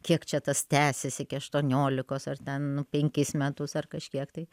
kiek čia tas tęsiasi iki aštuoniolikos ar ten nu penkis metus ar kažkiek tai